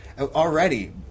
already